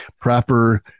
proper